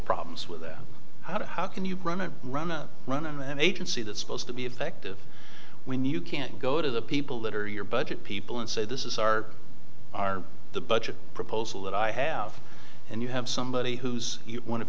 problems with how to how can you run to run a run and agency that's supposed to be effective when you can't go to the people that are your budget people and say this is our our the budget proposal that i have and you have somebody who's one of